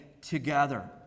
together